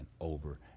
over